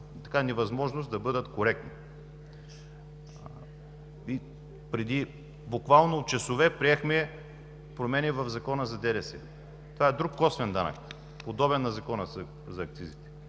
невъзможност да бъдат коректни. Преди буквално часове приехме промени в Закона за ДДС – това е друг косвен данък, подобен на Закона за акцизите